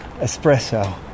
espresso